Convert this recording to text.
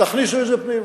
תכניסו את זה פנימה.